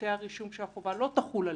שפרטי הרישום שהחובה לא תחול עליהם.